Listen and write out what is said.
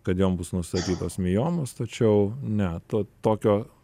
kad jom bus nustatytos miomos tačiau ne to tokio